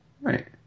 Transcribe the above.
Right